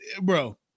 bro